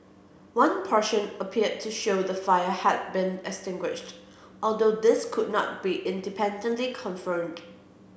one portion appeared to show the fire had been extinguished although this could not be independently confirmed